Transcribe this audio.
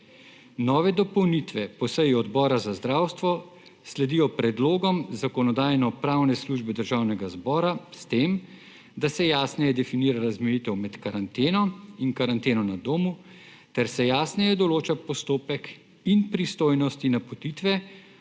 Nove dopolnitve po seji Odbora za zdravstvo sledijo predlogom Zakonodajno-pravne službe Državnega zbora, s tem da se jasneje definira razmejitev med karanteno in karanteno na domu ter se jasneje določa postopek in pristojnosti napotitve